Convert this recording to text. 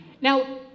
Now